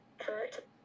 hurt